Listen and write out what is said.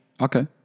Okay